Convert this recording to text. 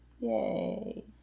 Yay